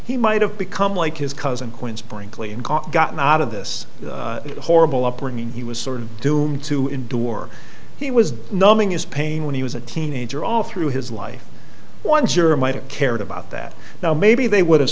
he might have become like his cousin quinn's brinkley and caught gotten out of this horrible upbringing he was sort of doomed to indoor he was numbing his pain when he was a teenager all through his life one juror might have cared about that now maybe they would have